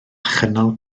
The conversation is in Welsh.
chynnal